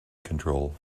control